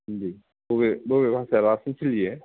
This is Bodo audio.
हिन्दी बबे बबे भाषाया रासिन सोलियो